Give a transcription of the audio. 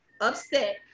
upset